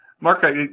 Mark